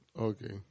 okay